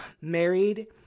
married